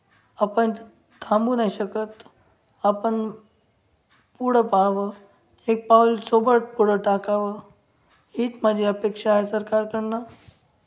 आपण थांबू नाही शकत आपण पुढं पाहावं एक पाऊल सोबत पुढं टाकावं हीच माझी अपेक्षा आहे सरकारकडनं